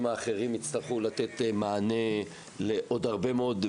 האחרים יצטרכו לתת מענה לעוד הרבה מאוד,